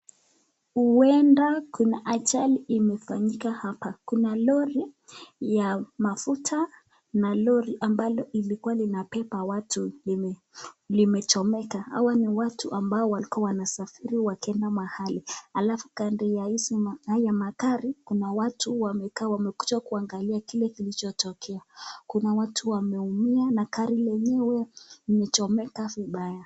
Huenda kuna ajali imefanyika hapa. Kuna lori ya mafuta na lori ambalo ilikuwa inabeba watu limechomeka. Hawa ni watu ambao walikuwa wanasafiri wakenda mahali. Alafu kando ya hii makari kuna watu wamekaa wamekuja kuangalia kile kilichotokea. Kuna watu wameumia na gari lenyewe limechomeka vibaya.